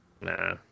Nah